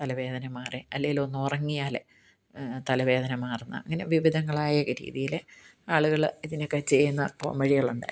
തലവേദന മാറാൻ അല്ലെങ്കിലൊന്ന് ഉറങ്ങിയാൽ തലവേദന മാറുന്നത് അങ്ങനെ വിവിധങ്ങളായ രീതിയിൽ ആളുകൾ ഇതിനൊക്കെ ചെയ്യുന്ന പോം വഴികളുണ്ട്